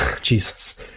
Jesus